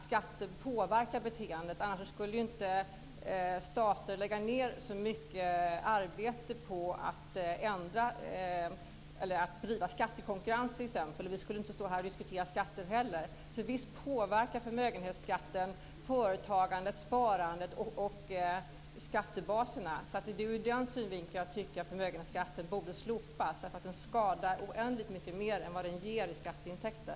Skatter påverkar beteendet, annars skulle inte stater lägga ned så mycket arbete på att t.ex. bedriva skattekonkurrens. Vi skulle inte heller stå här och diskutera skatter. Visst påverkar förmögenhetsskatten företagandet, sparandet och skattebaserna. Det är ur den synvinkeln jag tycker att förmögenhetsskatten borde slopas. Den skadar oändligt mycket mer än vad den ger i skatteintäkter.